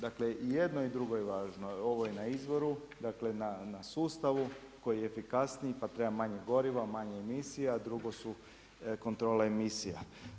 Dakle i jedno i drugo je važno, ovo je na izvoru na sustavu koji je efikasniji pa treba manje goriva, manje emisija, drugo su kontrole emisija.